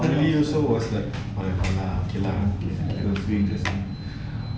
julie also was like okay lah